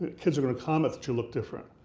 kids are gonna comment that you look different.